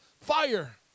Fire